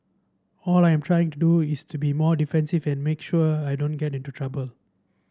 all I'm trying to do is to be more defensive and make sure I don't get into trouble